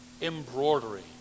embroidery